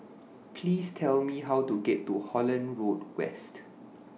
Please Tell Me How to get to Holland Road West